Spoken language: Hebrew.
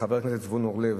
לחבר הכנסת זבולון אורלב,